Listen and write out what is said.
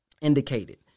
indicated